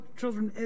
children